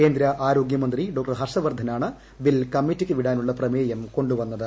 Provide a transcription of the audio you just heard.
കേന്ദ്ര ആരോഗ്യമന്ത്രി ഡോ ഹർഷവർദ്ധനാണ് ബിൽ കമ്മിറ്റിക്ക് വിടാനുള്ള പ്രമേയം കൊണ്ടുവന്നത്